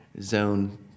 zone